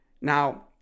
Now